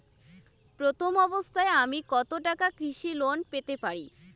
প্রথম অবস্থায় আমি কত টাকা কৃষি লোন পেতে পারি?